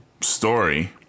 story